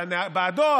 אתה בעדו,